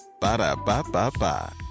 Ba-da-ba-ba-ba